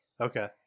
Okay